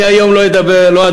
אני היום לא אדבר,